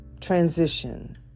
transition